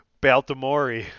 Baltimore